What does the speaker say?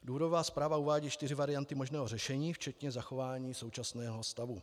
Důvodová zpráva uvádí čtyři varianty možného řešení včetně zachování současného stavu.